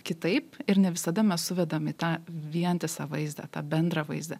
kitaip ir ne visada mes suvedam į tą vientisą vaizdą tą bendrą vaizdą